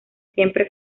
siempre